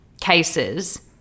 cases